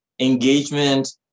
engagement